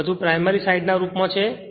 તેથી બધુ primary side ના રૂપ માં છે